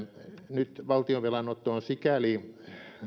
nyt valtionvelan otto on sikäli